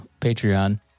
Patreon